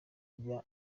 rya